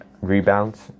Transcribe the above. rebounds